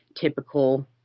typical